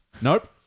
Nope